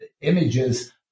images